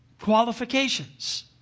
qualifications